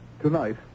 Tonight